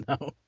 No